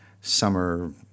summer